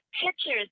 pictures